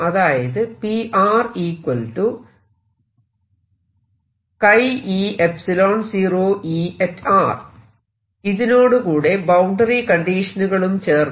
അതായത് ഇതിനോടുകൂടെ ബൌണ്ടറി കണ്ടീഷനുകളും ചേർത്തു